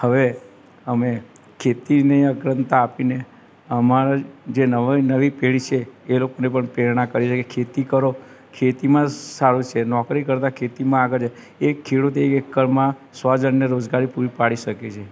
હવે અમે ખેતીને અગ્રતા આપીને અમારા જે નવી નવી પેઢી છે એ લોકોને પણ પ્રેરણા કરી છે ખેતી કરો ખેતીમાં સારું છે નોકરી કરતાં ખેતીમાં આગળ જાઓ એક ખેડૂત એક એકરમાં સો જણને રોજગારી પૂરી પાડી શકે છે જ્યારે